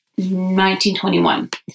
1921